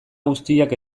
guztiak